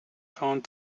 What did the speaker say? found